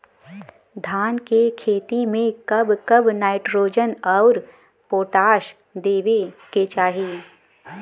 धान के खेती मे कब कब नाइट्रोजन अउर पोटाश देवे के चाही?